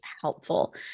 helpful